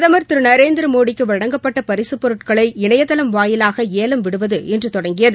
பிரதமர் திரு நரேந்திரமோடிக்கு வழங்கப்பட்ட பரிசுப் பொருட்களை இணையதளம் வாயிலாக ஏலம் விடுவது இன்று தொடங்கியது